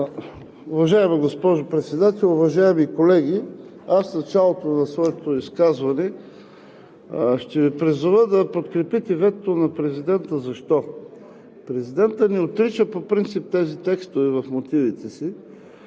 Уважаема госпожо Председател, уважаеми колеги! В началото на своето изказване ще Ви призова да подкрепите ветото на президента. Защо? Президентът не отрича по принцип тези текстове в мотивите си,